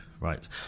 right